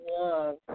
love